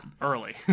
early